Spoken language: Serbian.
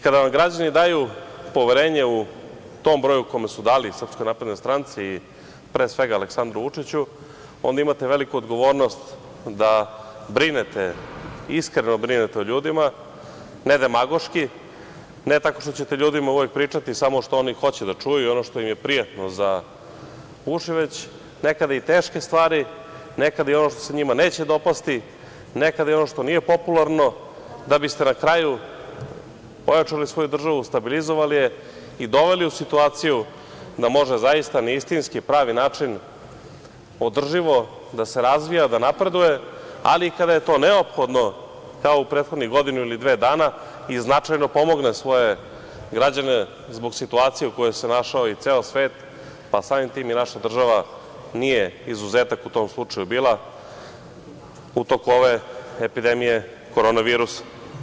Kada vam građani daju poverenje u tom broju u kome su dali SNS i pre svega Aleksandru Vučiću, onda imate veliku odgovornost da iskreno brinete o ljudima, ne demagoški, ne tako što ćete ljudima uvek pričati samo što oni hoće da čuju i ono što im je prijatno za uši, već nekada i teške stvari, nekada i ono što se njima neće dopasti, nekada i ono što nije popularno, da biste na kraju ojačali svoju državu, stabilizovali je i doveli u situaciju da može zaista na istinski, pravi način, održivo, da se razvija, da napreduje, ali i kada je to neophodno, kao u prethodnih godinu ili dve dana, i značajno pomogne svoje građane zbog situacije u kojoj se našao i ceo svet, a samim tim i naša država nije bila izuzetak u tom slučaju u toku ove epidemije korona virusa.